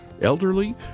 elderly